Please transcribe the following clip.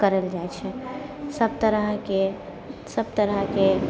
करल जाइ छै सभ तरहकेँ सभ तरहकेँ